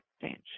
Exchange